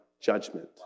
judgment